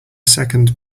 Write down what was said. second